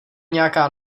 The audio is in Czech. nějaká